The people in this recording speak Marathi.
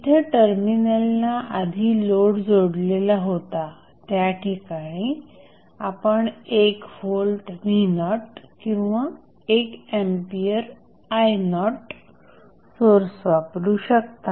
जिथे टर्मिनलला आधी लोड जोडलेला होता त्या ठिकाणी आपण 1 व्होल्ट v0 किंवा 1 एंपियर i0 सोर्स वापरू शकता